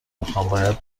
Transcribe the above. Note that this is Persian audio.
میخواهم، باید